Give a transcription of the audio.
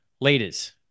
leaders